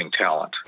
talent